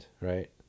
right